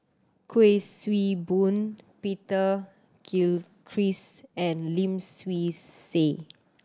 Kuik Swee Boon Peter Gilchrist and Lim Swee Say